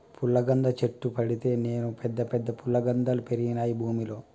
పుల్లగంద చెట్టు పెడితే నేను పెద్ద పెద్ద ఫుల్లగందల్ పెరిగినాయి భూమిలో